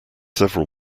several